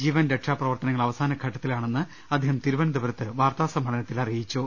ജീവൻ രക്ഷാ പ്രവർത്തനങ്ങൾ അവസാന ഘട്ടത്തിലാണെന്ന് അദ്ദേഹം തിരുവനന്തപുരത്ത് വാർത്താസമ്മേളനത്തിൽ പറഞ്ഞു